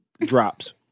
drops